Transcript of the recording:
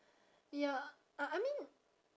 ya uh I mean